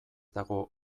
dago